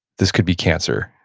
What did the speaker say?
this could be cancer.